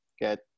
get